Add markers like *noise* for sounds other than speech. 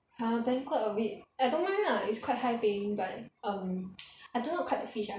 err banquet a bit I don't mind lah it's quite high paying but um *noise* I don't know how to cut the fish ah